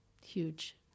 huge